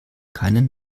keinen